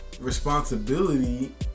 responsibility